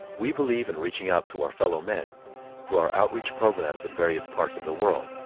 we believe in reaching out to our fellow men through our outreach programs and various parts of the world,